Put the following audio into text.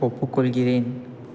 ஒப்புக்கொள்கிறேன்